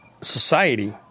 society